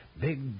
Big